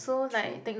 true